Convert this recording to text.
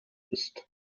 ist